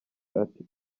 ati